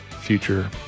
future